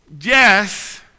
Yes